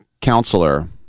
counselor